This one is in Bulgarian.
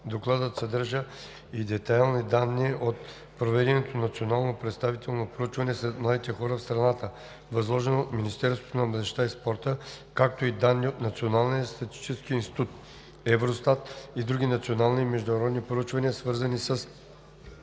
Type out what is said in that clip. Докладът съдържа и детайлни данни от проведеното национално представително проучване сред младите хора в страната, възложено от Министерството на младежта и спорта, както и данни от Националния статистически институт, Евростат и други национални и международни проучвания, свързани с